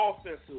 offensive